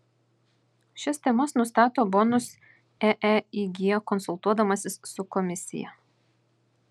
šias temas nustato bonus eeig konsultuodamasis su komisija